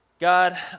God